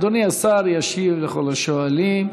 אדוני השר ישיב לכל השואלים.